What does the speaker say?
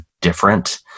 different